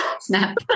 snap